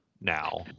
Now